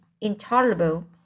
intolerable